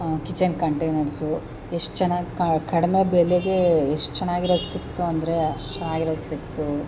kitchen containers ಎಷ್ಟು ಚೆನ್ನಾಗಿ ಕಡಿಮೆ ಬೆಲೆಗೆ ಎಷ್ಟು ಚೆನ್ನಾಗಿರೋದು ಸಿಕ್ಕಿತು ಅಂದರೆ ಅಷ್ಟು ಚೆನ್ನಾಗಿರೋದು ಸಿಕ್ತು